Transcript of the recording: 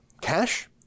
cash